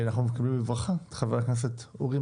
אנחנו מקבלים בברכה את חבר הכנסת אורי